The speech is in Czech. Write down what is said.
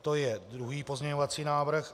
To je druhý pozměňovací návrh.